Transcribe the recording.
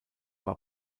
war